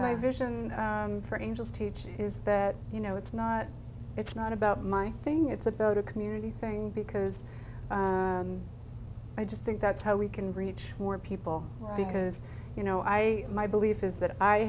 vision for angels teaching is that you know it's not it's not about my thing it's about a community thing because i just think that's how we can reach more people be because you know i my belief is that i